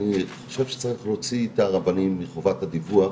אני חושב שצריך להוציא את הרבנים מחובת הדיווח,